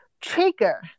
trigger